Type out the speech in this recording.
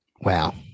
Wow